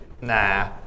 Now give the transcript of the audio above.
Nah